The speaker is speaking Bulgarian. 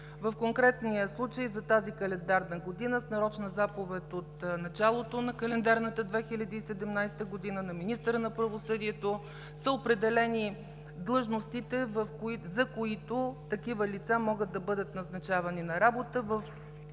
В конкретния случай за тази календарна година с нарочна заповед от началото на календарната 2017 г. на министъра на правосъдието са определени длъжностите, за които такива лица могат да бъдат назначавани на работа.